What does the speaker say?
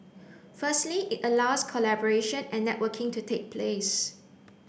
firstly it allows collaboration and networking to take place